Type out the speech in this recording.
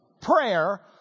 prayer